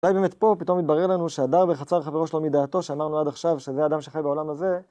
אולי באמת פה פתאום התברר לנו שהדר בחצר חברו שלא מדעתו, שאמרנו עד עכשיו שזה האדם שחי בעולם הזה